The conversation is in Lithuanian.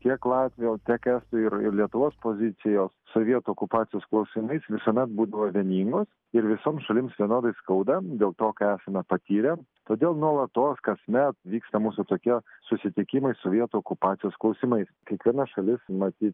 tiek latvių tiek estų ir ir lietuvos pozicijos sovietų okupacijos klausimais visada būdavo vieningos ir visoms šalims vienodai skauda dėl to ką esame patyrę todėl nuolatos kasmet vyksta mūsų tokie susitikimai sovietų okupacijos klausimais kiekviena šalis matyt